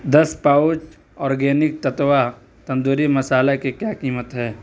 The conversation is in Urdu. دس پاؤچ اورگینک تتوا تندوری مصالحے کی کیا قیمت ہے